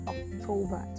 October